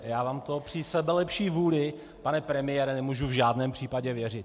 Já vám to při sebelepší vůli, pane premiére, nemůžu v žádném případě věřit.